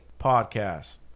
Podcast